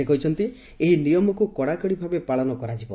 ସେ କହିଛନ୍ତି ଏହି ନିୟମକୁ କଡ଼ାକଡ଼ି ଭାବେ ପାଳନ କରାଯିବ